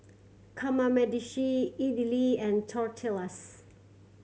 Kamameshi Idili and Tortillas